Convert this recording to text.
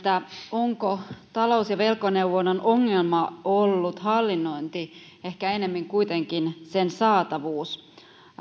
onko talous ja velkaneuvonnan ongelma ollut hallinnointi ehkä enemmin kuitenkin sen saatavuus